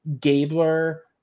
gabler